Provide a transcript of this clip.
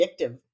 addictive